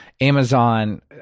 Amazon